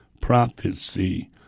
prophecy